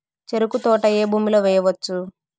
చెరుకు తోట ఏ భూమిలో వేయవచ్చు?